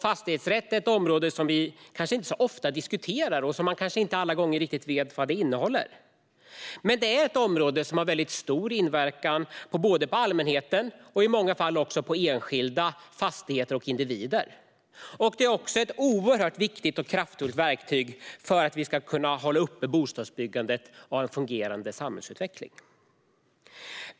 Fastighetsrätt är ett område som vi kanske inte så ofta diskuterar och som vi kanske inte alla gånger riktigt vet vad det innehåller, men det är ett område som har väldigt stor inverkan både på allmänheten och i många fall också på enskilda fastigheter och individer. Det är också ett oerhört viktigt och kraftfullt verktyg för att vi ska kunna hålla uppe bostadsbyggandet och ha en fungerande samhällsutveckling.